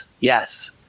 yes